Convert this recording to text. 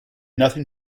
nothing